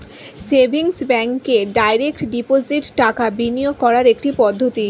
savings ব্যাঙ্কে direct deposit টাকা বিনিয়োগ করার একটি পদ্ধতি